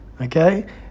okay